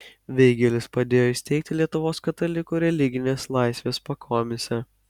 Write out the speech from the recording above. veigelis padėjo įsteigti lietuvos katalikų religinės laisvės pakomisę